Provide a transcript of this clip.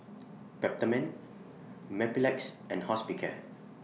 Peptamen Mepilex and Hospicare